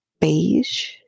beige